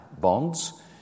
bonds